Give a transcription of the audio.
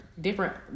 different